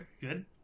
Good